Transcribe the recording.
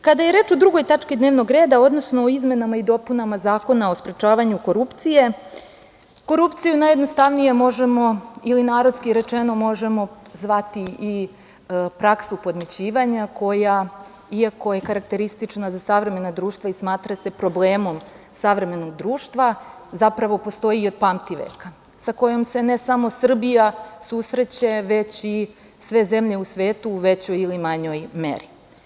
Kada je reč o drugoj tački dnevnog reda, odnosno o izmenama i dopunama Zakona o sprečavanju korupcije, korupciju najjednostavnije ili narodski rečeno možemo zvati i "praksu podmićivanja" koja iako je karakteristična za savremena društva i smatra se problemom savremenog društva, zapravo postoji od pamtiveka, sa kojom se ne samo Srbija susreće, već i sve zemlje u svetu u većoj ili manjoj meri.